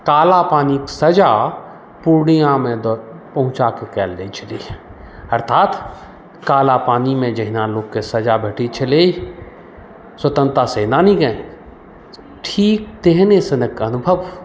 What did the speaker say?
कालापानीक सजा पुर्णियामे पहुँचाकऽ कयल जाइ छलै अर्थात कालापानीमे जहिना लोकके सजा भेटै छलै स्वतन्त्रता सेनानीकेँ ठीक तेहने सनक अनुभव